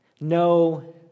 No